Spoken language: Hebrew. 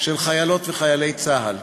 של חיילות וחיילי צה"ל.